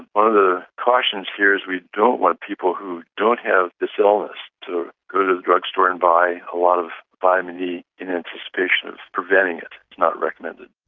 of of the cautions here is we don't want people who don't have this illness to go to the drug store and buy a lot of vitamin e in anticipation of preventing it. it's not recommended.